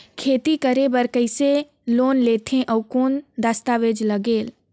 खेती करे बर कइसे लोन लेथे और कौन दस्तावेज लगेल?